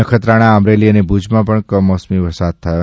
નખત્રાણા અમરેલી અને ભૂજમાં પણ કમોસમી વરસાદ થયો